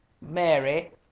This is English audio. Mary